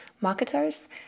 marketers